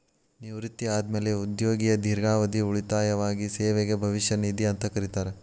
ನಿವೃತ್ತಿ ಆದ್ಮ್ಯಾಲೆ ಉದ್ಯೋಗಿಯ ದೇರ್ಘಾವಧಿ ಉಳಿತಾಯವಾಗಿ ಸೇವೆಗೆ ಭವಿಷ್ಯ ನಿಧಿ ಅಂತಾರ